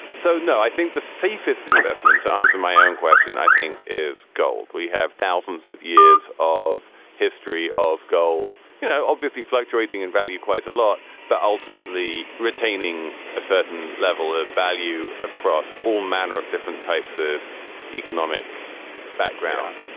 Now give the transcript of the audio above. so no i think the safest investment to answer my own question i think is gold. we have thousands of years of history of gold. you know obviously fluctuating in value quite a lot but ultimately retaining a certain level of value across all manner of different types of economic backgrounds.